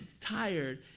tired